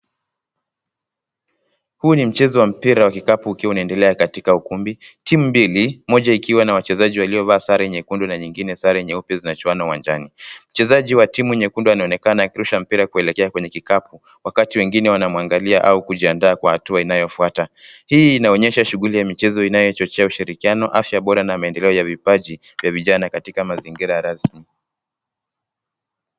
Huu ni mchezo wa mpira wa kikapu ukiwa unaendelea katika ukumbi. Timu mbili, moja ikiwa na wachezaji waliovaa sare nyekundu na nyingine sare nyeupe zinachuana uwanjani. Mchezaji wa timu nyekundu anaonekana akirusha mpira kuelekea kwenye kikapu, wakati wengine wanamwangalia au kujiandaa kwa hatua inayofuata. Hii inaonyesha shughuli ya michezo inayochochea ushirikiano, afya bora, na maendeleo ya vipaji, ya vijana katika mazigira rasmi.